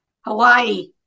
Hawaii